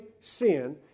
sin